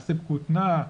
מעשב כותנה,